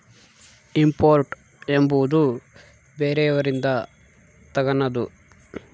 import ಎಂಬುವುದು ಬೇರೆಯವರಿಂದ ತಗನದು